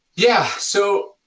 yeah, so,